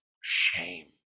shame